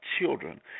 children